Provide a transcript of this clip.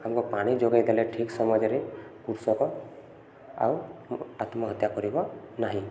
ଆମକୁ ପାଣି ଯୋଗେଇ ଦେଲେ ଠିକ୍ ସମୟରେ କୃଷକ ଆଉ ଆତ୍ମହତ୍ୟା କରିବ ନାହିଁ